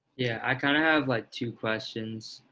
yeah, i kind of have like two questions.